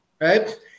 Right